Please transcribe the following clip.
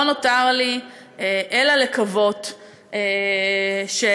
לא נותר לי אלא לקוות שאולי,